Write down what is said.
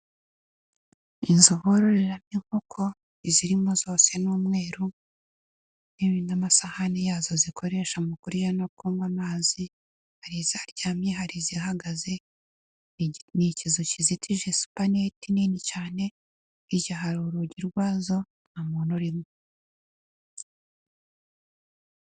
Inzo bororeramo inkoko, izirimo zose n'umweruru, n'amasahani yazo zikoresha mu kurya no kunywa amazi, hari izaryamye, hari zihagaze, ni ikizu kizitije supaninet nini cyane, hirya hari urugi rwazo nta muntu urimo.